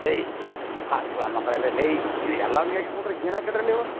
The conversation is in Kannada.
ಹೇಯ್ ಕಳ್ಳ ಸೂಳೆಮಕ್ಕಳ ಲೇಯ್ ಎಲ್ಲ ನೀವು